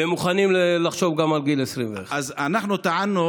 ומוכנים לחשוב גם על גיל 21. אז אנחנו טענו,